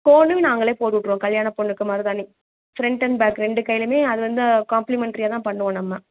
கோனும் நாங்களே போட்டு விட்ருவோம் கல்யாண பொண்ணுக்கு மருதாணி ஃப்ரண்ட் அண்ட் பேக் ரெண்டு கைலயுமே அது வந்து காம்ப்ளிமென்ட்ரியாக தான் பண்ணுவோம் நம்ம